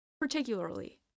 particularly